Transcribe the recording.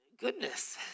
Goodness